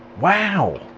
wow.